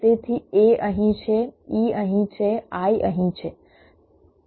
તેથી a અહીં છે e અહીં છે i અહીં છે